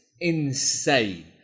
Insane